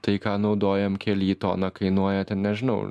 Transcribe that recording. tai ką naudojam kely tona kainuoja ten nežinau